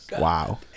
Wow